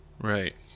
Right